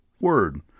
Word